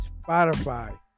Spotify